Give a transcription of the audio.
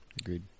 agreed